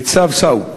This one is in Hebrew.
ניצב סאו,